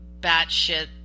batshit